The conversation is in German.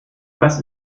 was